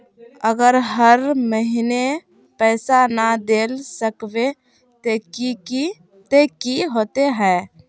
अगर हर महीने पैसा ना देल सकबे ते की होते है?